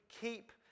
keep